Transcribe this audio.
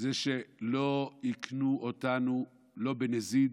שלא יקנו אותנו לא בנזיד,